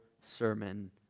Sermon